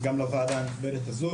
גם לוועדה המכובדת הזאת,